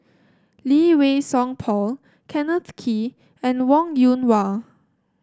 Lee Wei Song Paul Kenneth Kee and Wong Yoon Wah